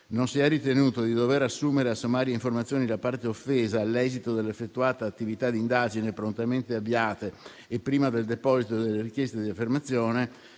«non si è ritenuto di dover assumere a sommarie informazioni la parte offesa all'esito della effettuazione delle attività di indagine prontamente avviate e prima del deposito della richiesta di archiviazione